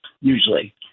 Usually